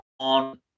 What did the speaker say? on